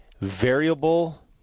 variable